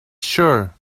sure